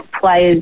players